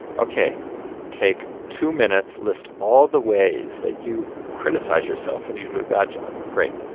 ok take two minutes. list all the ways that you criticize yourself when you do a bad job. great.